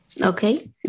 Okay